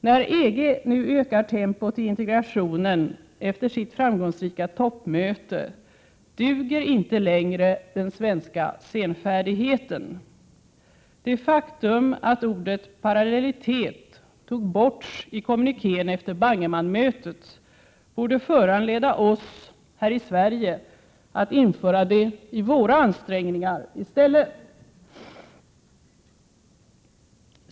När EG nu ökat tempot i integrationen efter sitt framgångsrika toppmöte duger inte längre den svenska senfärdigheten. Det faktum att ordet parallellitet togs bort i kommunikén efter Bangemannmötet borde föranleda oss här i Sverige att införa det i våra ansträngningar i stället.